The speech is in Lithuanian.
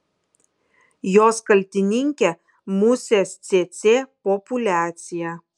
jos kaltininkė musės cėcė populiacija